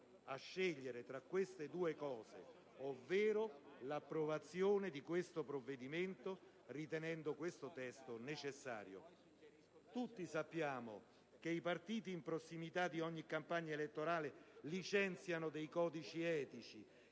a scegliere tra le due cose, ovvero l'approvazione di questo provvedimento, ritenendo questo testo necessario. Tutti sappiamo che i partiti, in prossimità di ogni campagna elettorale, licenziano dei codici etici